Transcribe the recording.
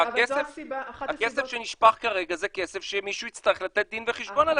הכסף שנשפך כרגע מישהו יצטרך לתת עליו דין וחשבון.